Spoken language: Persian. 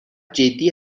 جدی